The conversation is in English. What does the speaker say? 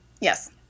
Yes